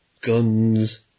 guns